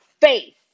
faith